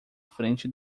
frente